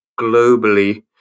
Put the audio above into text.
globally